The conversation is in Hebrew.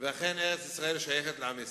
ואכן, ארץ-ישראל שייכת לעם ישראל.